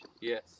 Yes